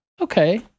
okay